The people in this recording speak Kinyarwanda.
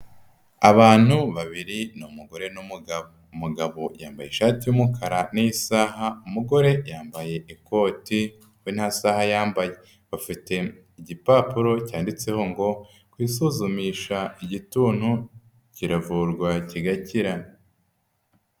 Abantu babiri, ni umugore n'umugabo. Umugabo yambaye ishati y'umukara n'isaha, umugore yambaye ikoti we nta saha yambaye. Bafite igipapuro cyanditseho ngo: "Kwisuzumisha igituntu kiravurwa kigakira."